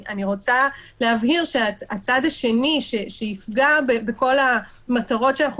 אני רוצה להבהיר שהצד השני שיפגע במטרות שאנחנו